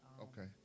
Okay